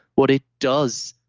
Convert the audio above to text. what it does.